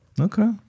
okay